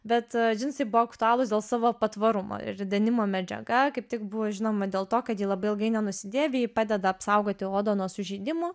bet džinsai buvo aktualūs dėl savo patvarumo ir denimo medžiaga kaip tik buvo žinoma dėl to kad ji labai ilgai nenusidėvi ji padeda apsaugoti odą nuo sužeidimų